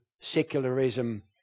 secularism